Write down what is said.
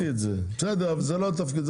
הבנתי את זה, בסדר, אבל זה לא התפקיד.